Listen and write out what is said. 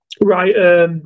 Right